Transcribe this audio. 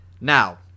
Now